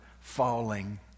falling